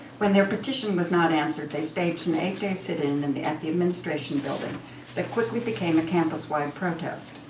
when their petition was not answered, they staged an eight day sit-in in the the administration building that quickly became a campus-wide protest.